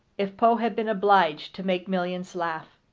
if poe had been obliged to make millions laugh.